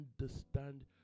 understand